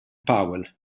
powell